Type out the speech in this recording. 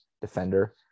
defender